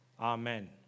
Amen